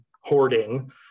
hoarding